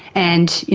and,